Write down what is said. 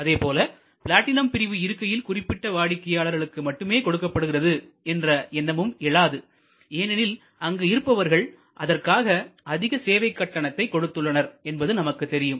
அதேபோல பிளாட்டினம் பிரிவு இருக்கைகள் குறிப்பிட்ட வாடிக்கையாளர்களுக்கு மட்டுமே கொடுக்கப்படுகிறது என்ற எண்ணமும் எழாது ஏனெனில் அங்கு இருப்பவர்கள் அதற்காக அதிக சேவை கட்டணத்தை கொடுத்துள்ளனர் என்பது நமக்கு தெரியும்